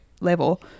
level